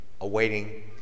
awaiting